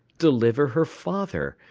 deliver her father!